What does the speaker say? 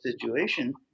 situation